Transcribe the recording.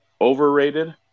overrated